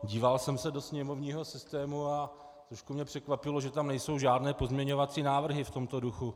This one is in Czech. Díval jsem se do sněmovního systému a trochu mě překvapilo, že tam nejsou žádné pozměňovací návrhy v tomto duchu.